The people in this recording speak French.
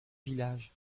village